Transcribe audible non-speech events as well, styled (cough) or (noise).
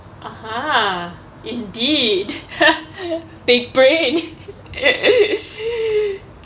(uh huh) indeed (laughs) big brain (laughs)